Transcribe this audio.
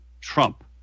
Trump